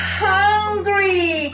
hungry